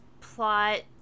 plot